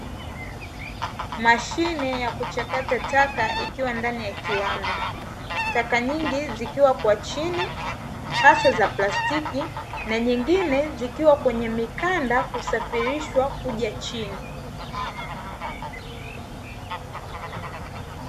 Mashine ya kuchakata taka ikiwa ndani ya kiwanda, taka nyingi zikiwa kwa chini hasa za plastiki, na nyingine zikiwa kwenye mikanda husafirishwa kuja chini.